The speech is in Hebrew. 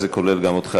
זה כולל גם אותך,